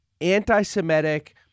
anti-Semitic